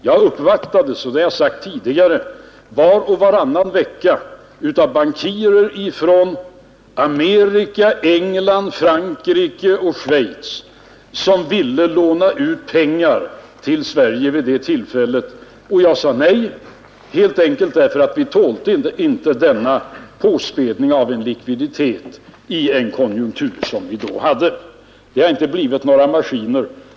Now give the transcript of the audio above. Jag uppvaktades — och det har jag nämnt tidigare — var och varannan vecka av bankirer från Amerika, England, Frankrike och Schweiz vilka ville låna ut pengar till Sverige vid det tillfället. Jag sade nej, helt enkelt därför att vi inte tålde denna påspädning av likviditet i den konjunktur som vi då hade. Det hade inte blivit några maskiner.